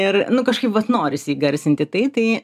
ir nu kažkaip vat norisi įgarsinti tai tai